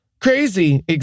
crazy